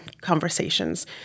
conversations